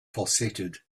pulsated